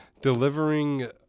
delivering